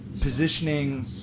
positioning